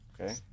Okay